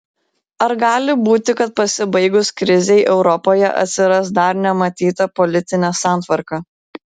ar gali būti kad pasibaigus krizei europoje atsiras dar nematyta politinė santvarka